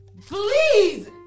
Please